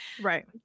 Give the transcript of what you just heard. Right